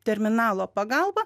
terminalo pagalba